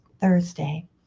Thursday